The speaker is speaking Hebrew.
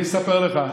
אני אספר לך.